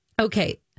Okay